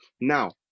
Now